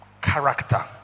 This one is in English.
character